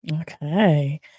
Okay